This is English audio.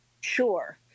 Sure